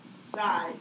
side